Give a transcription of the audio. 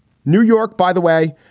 new york, by the way,